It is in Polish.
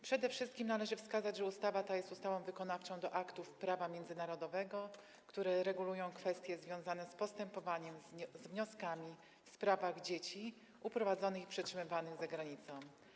Przede wszystkim należy wskazać, że ustawa ta jest ustawą wykonawczą do aktów prawa międzynarodowego, które regulują kwestie związane z postępowaniem z wnioskami w sprawach dzieci uprowadzonych i przetrzymywanych za granicą.